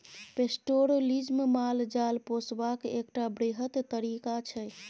pastoralism माल जाल पोसबाक एकटा बृहत तरीका छै